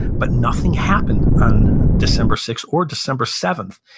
but nothing happened on december sixth or december seventh,